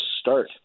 start